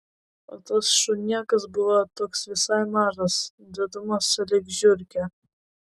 o tas šunėkas buvo toks visai mažas didumo sulig žiurke